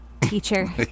teacher